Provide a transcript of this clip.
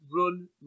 Run